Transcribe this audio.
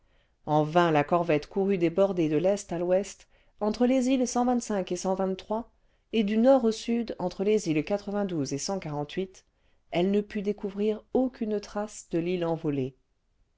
en vain la corvette courut des bordées de l'est à l'ouest entre les îles et et du nord au sud entre les îles et elle ne put découvrir aucune trace de l'île envolée